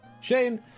shane